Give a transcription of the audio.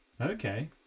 Okay